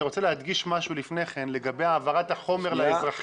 אני רוצה להדגיש משהו לפני כן לגבי העברת החומר לאזרחים.